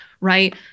right